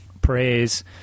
praise